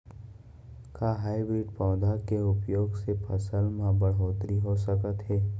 का हाइब्रिड पौधा के उपयोग से फसल म बढ़होत्तरी हो सकत हे?